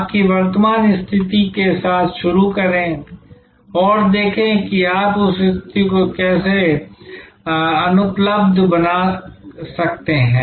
अपनी वर्तमान स्थिति के साथ शुरू करें और देखें कि आप उस स्थिति को कैसे अनुपलब्ध बना सकते हैं